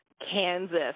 Kansas